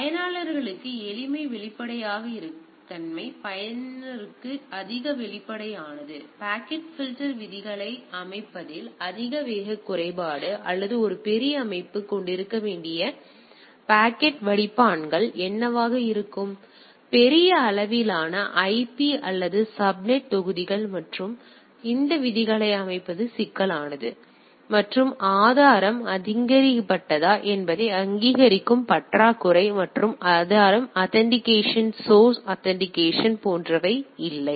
எனவே பயனர்களுக்கு எளிமை வெளிப்படைத்தன்மை பயனருக்கு அதிக வெளிப்படையானது பாக்கெட் பில்டர் விதிகளை அமைப்பதில் அதிக வேகக் குறைபாடு எனவே ஒரு பெரிய அமைப்பு கொண்டிருக்கக்கூடிய பாக்கெட் வடிப்பான்கள் என்னவாக இருக்க வேண்டும் பெரிய அளவிலான ஐபி அல்லது சப்நெட் தொகுதிகள் மற்றும் பின்னர் இந்த விதிகளை அமைப்பது சிக்கலானது மற்றும் ஆதாரம் அங்கீகரிக்கப்பட்டதா என்பதை அங்கீகரிக்கும் பற்றாக்குறை மற்றும் ஆதாரம் ஆத்தண்டிகேட்டட் சௌர்ஸ் ஆத்தண்டிகேஷன் போன்றவை இல்லை